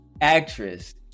actress